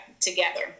together